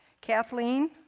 Kathleen